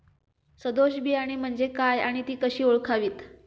सदोष बियाणे म्हणजे काय आणि ती कशी ओळखावीत?